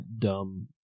dumb